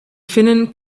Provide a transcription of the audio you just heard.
finnen